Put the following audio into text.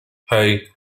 hey